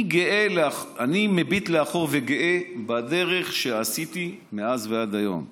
אני מביט לאחור וגאה בדרך שעשיתי מאז ועד היום.